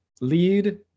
lead